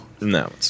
No